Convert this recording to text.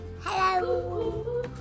Hello